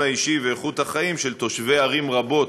האישי ואיכות החיים של תושבי ערים רבות,